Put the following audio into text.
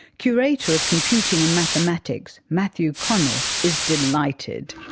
curator of computing and mathematics matthew connell is delighted.